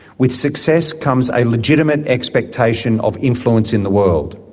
with success comes a legitimate expectation of influence in the world.